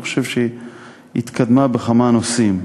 אני חושב שהיא התקדמה בכמה נושאים: